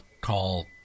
call